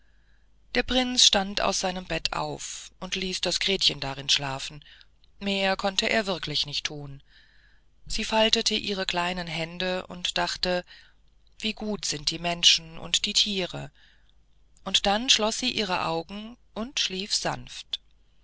der prinz stand aus seinem bette auf und ließ gretchen darin schlafen mehr konnte er wirklich nicht thun sie faltete ihre kleinen hände und dachte wie gut sind die menschen und tiere und dann schloß sie ihre augen und schlief sanft